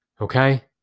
Okay